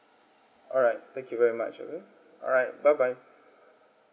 alright thank you very much of it alright bye bye